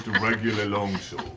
regular longsword.